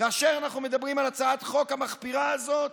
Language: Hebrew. כאשר אנחנו מדברים על הצעת החוק המחפירה הזאת.